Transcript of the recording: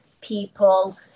people